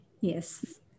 Yes